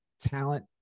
talent